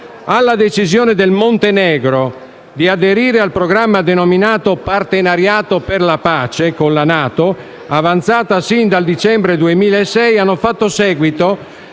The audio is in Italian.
Alla decisione del Montenegro di aderire al programma denominato Partenariato per la pace con la NATO, avanzata sin dal dicembre 2006, hanno fatto seguito